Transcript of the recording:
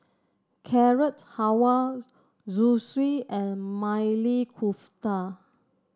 Carrot Halwa Zosui and Maili Kofta